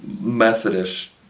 Methodist